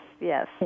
Yes